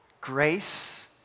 grace